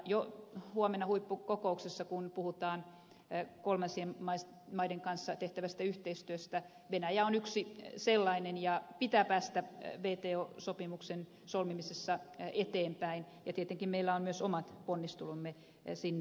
jo huomenna huippukokouksessa kun puhutaan kolmansien maiden kanssa tehtävästä yhteistyöstä venäjä on yksi sellainen pitää päästä wto sopimuksen solmimisessa eteenpäin ja tietenkin meillä on myös omat ponnistelumme siihen suuntaan